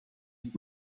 dit